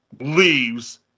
leaves